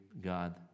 God